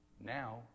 Now